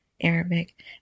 Arabic